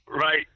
Right